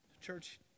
Church